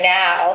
now